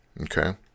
okay